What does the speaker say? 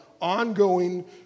ongoing